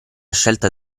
scelta